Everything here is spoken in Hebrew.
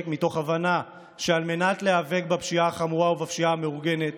מתוך הבנה שעל מנת להיאבק בפשיעה החמורה ובפשיעה המאורגנת